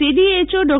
CDHO Dr